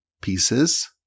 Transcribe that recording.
pieces